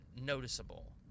noticeable